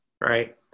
right